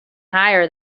higher